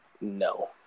No